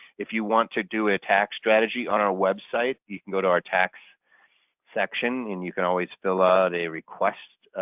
if you want to do a tax strategy on our website, you can go to our tax section and you can always fill out a request